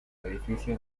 edificio